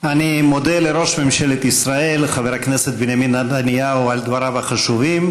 אני מודה לראש ממשלת ישראל חבר הכנסת בנימין נתניהו על דבריו החשובים,